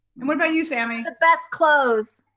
and what about you sammy? the best clothes.